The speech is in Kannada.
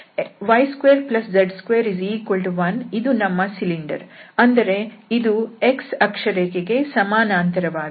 y2z21 ಇದು ನಮ್ಮ ಸಿಲಿಂಡರ್ ಅಂದರೆ ಇದು x ಅಕ್ಷರೇಖೆಗೆ ಸಮಾನಾಂತರವಾಗಿದೆ